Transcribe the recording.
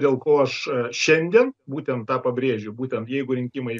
dėl ko aš šiandien būtent tą pabrėžiu būtent jeigu rinkimai